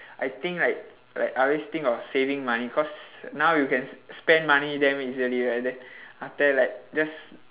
I think like like I always think of saving money cause now you can s~ spend money damn easily right like that after like just